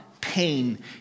pain